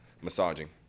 massaging